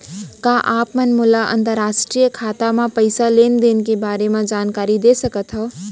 का आप मन मोला अंतरराष्ट्रीय खाता म पइसा लेन देन के बारे म जानकारी दे सकथव?